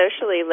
socially